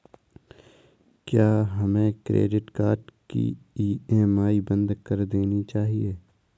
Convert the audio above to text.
क्या हमें credit card की ई.एम.आई बंद कर देनी चाहिए?